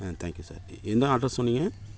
ஆ thank you sir எ என்ன address சொன்னீங்கள்